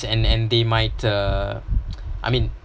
and and they might uh I mean